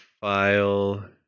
file